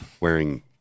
wearing